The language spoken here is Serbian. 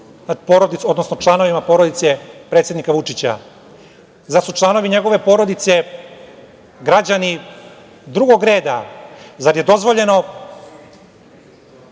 članovima porodice predsednika Vučića? Zar su članovi njegove porodice građani drugog reda? Zar je dozvoljeno